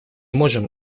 можем